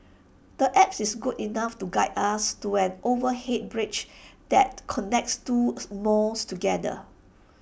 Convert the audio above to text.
the apps is good enough to guide us to an overhead bridge that connects two smalls together